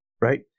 right